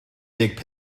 deg